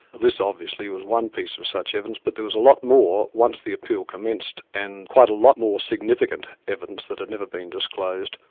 this obviously was one piece of such evidence, but there was a lot more once the appeal commenced, and quite a lot more significant evidence that had never been disclosed,